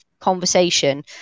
conversation